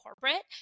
corporate